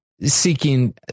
seeking